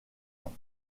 ans